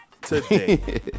today